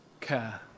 care